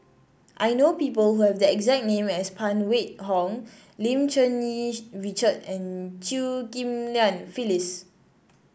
I know people who have the exact name as Phan Wait Hong Lim Cherng Yih Richard and Chew Ghim Lian Phyllis